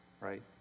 right